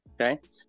okay